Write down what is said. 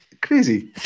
crazy